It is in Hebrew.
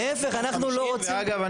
ואגב,